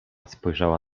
spojrzała